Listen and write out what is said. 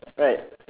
right